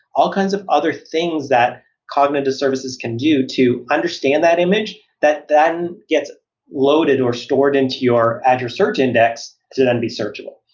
all kinds of other things that cognitive services can do to understand that image that then gets loaded or stored into your azure search index to then be searchable.